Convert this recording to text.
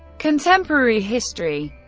contemporary history